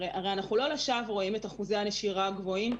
הרי אנחנו לא לשווא רואים את אחוזי הנשירה הגבוהים,